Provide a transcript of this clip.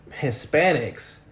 Hispanics